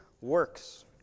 works